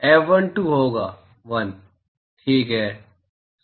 F12 होगा 1 ठीक है